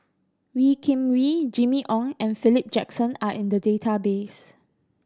Wee Kim Wee Jimmy Ong and Philip Jackson are in the database